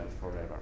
forever